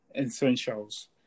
essentials